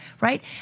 right